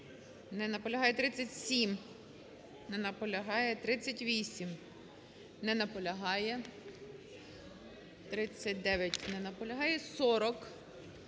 Не наполягає. 37. Не наполягає. 38. Не наполягає. 39. Не наполягає. 40.